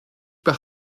par